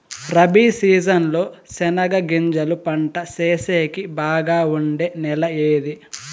Rabi season లో చెనగగింజలు పంట సేసేకి బాగా ఉండే నెల ఏది?